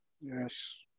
Yes